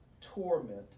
torment